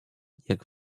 jak